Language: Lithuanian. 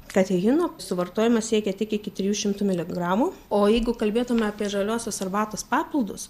katechino suvartojimas siekia tik iki trijų šimtų miligramų o jeigu kalbėtume apie žaliosios arbatos papildus